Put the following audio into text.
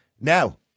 Now